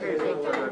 הזכות לשוויון)